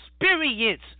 experience